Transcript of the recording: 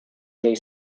jej